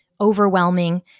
overwhelming